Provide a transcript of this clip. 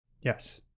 Yes